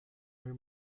her